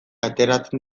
ateratzen